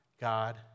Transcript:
God